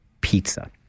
pizza